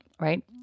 right